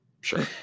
sure